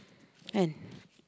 when